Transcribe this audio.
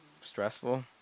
stressful